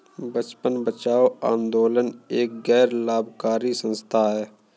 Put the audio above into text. बचपन बचाओ आंदोलन एक गैर लाभकारी संस्था है